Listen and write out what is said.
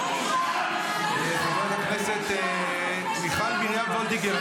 חברת הכנסת מיכל מרים וולדיגר,